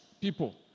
people